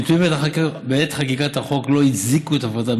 הנתונים בעת חקיקת החוק לא הצדיקו את הפרדתה